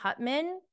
Hutman